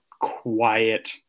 quiet